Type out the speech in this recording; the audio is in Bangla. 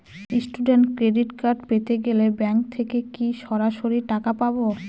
স্টুডেন্ট ক্রেডিট কার্ড পেতে গেলে ব্যাঙ্ক থেকে কি সরাসরি টাকা পাবো?